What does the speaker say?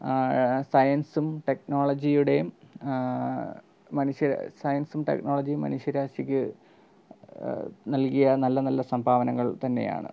സയൻസും ടെക്നോളജിയുടെയും മനുഷ്യ സയൻസും ടെക്നോളജിയും മനുഷ്യരാശിക്ക് നൽകിയ നല്ല നല്ല സംഭാവനകൾ തന്നെയാണ്